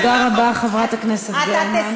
תודה רבה, חברת הכנסת גרמן.